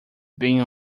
being